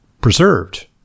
preserved